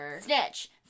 snitch